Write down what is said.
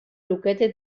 lukete